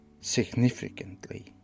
significantly